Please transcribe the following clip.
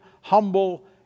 humble